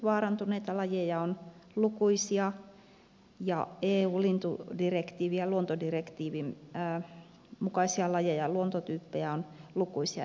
vaarantuneita lajeja on lukuisia ja eu lintudirektiivin ja luontodirektiivin mukaisia lajeja ja luontotyyppejä on lukuisia